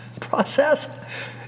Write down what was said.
process